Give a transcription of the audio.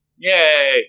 Yay